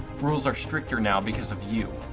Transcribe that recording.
rules are stricter, now, because of you!